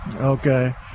Okay